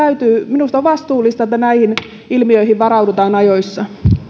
minusta on vastuullista että näihin ilmiöihin varaudutaan ajoissa